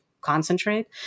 concentrate